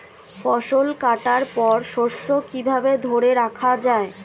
ফসল কাটার পর শস্য কিভাবে ধরে রাখা য়ায়?